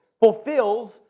fulfills